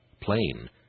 plain